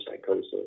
psychosis